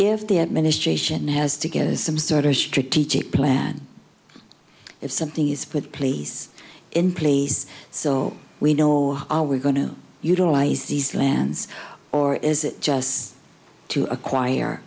if the administration has to get some starters strategic plan if something is for place in place so we know are we going to utilize these lands or is it just to acquire